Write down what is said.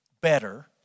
better